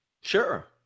Sure